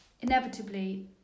inevitably